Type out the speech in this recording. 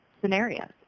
scenarios